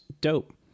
dope